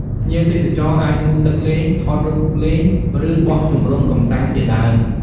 ភ្ញៀវទេសចរអាចងូតទឹកលេង ថតរូបលេង ឬបោះជំរុំកម្សាន្តជាដើម។